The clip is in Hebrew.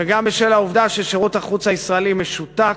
וגם בשל העובדה ששירות החוץ הישראלי משותק,